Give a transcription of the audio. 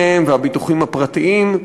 והשב"נים למיניהם, והביטוחים הפרטיים.